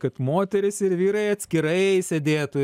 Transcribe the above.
kad moterys ir vyrai atskirai sėdėtų